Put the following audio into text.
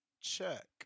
Check